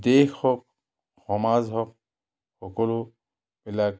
দেশ হওক সমাজ হওক সকলোবিলাক